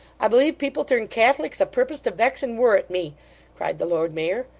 i believe people turn catholics a'purpose to vex and worrit me cried the lord mayor.